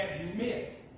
admit